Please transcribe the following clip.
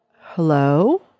Hello